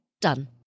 Done